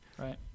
Right